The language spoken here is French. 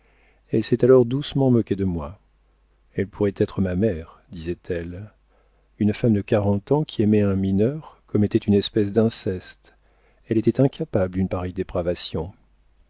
elle s'est alors doucement moquée de moi elle pourrait être ma mère disait-elle une femme de quarante ans qui aimait un mineur commettait une espèce d'inceste elle était incapable d'une pareille dépravation